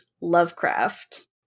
Lovecraft